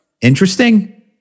interesting